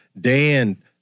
Dan